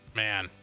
man